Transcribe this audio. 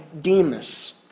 Demas